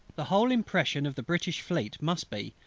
the whole impression of the british fleet must be,